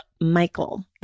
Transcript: Michael